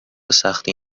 سختی